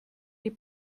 die